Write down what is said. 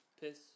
Piss